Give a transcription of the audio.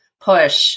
push